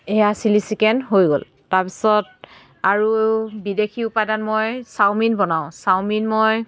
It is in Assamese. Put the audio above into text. সেয়া চিলি চিকেন হৈ গ'ল তাৰপিছত আৰু বিদেশী উপাদান মই চাওমিন বনাওঁ চাওমিন মই